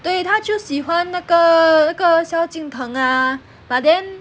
对她就喜欢那个那个萧敬腾 ah but then